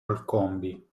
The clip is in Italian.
olcombi